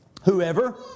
whoever